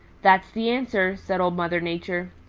that's the answer, said old mother nature.